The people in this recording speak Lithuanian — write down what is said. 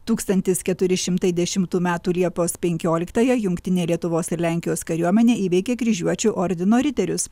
tūkstantis keturi šimtai dešimtų metų liepos penkioliktąją jungtinė lietuvos ir lenkijos kariuomenė įveikė kryžiuočių ordino riterius